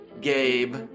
Gabe